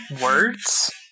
words